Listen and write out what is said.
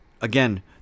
again